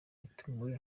yatumiwe